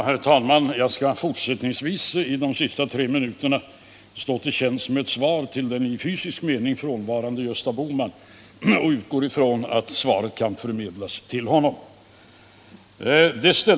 Herr talman! Jag skall under de sista tre minuterna stå till tjänst med ett svar till den i fysisk mening frånvarande Gösta Bohman och utgår ifrån att svaret kan förmedlas till honom.